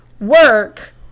work